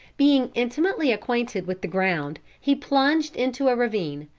being intimately acquainted with the ground, he plunged into a ravine,